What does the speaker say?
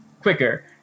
quicker